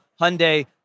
Hyundai